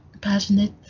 passionate